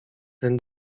ten